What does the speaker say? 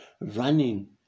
running